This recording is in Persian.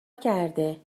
کرده